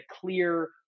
clear